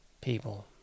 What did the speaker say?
people